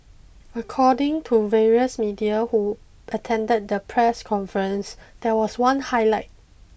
according to various media who attended the press conference there was one highlight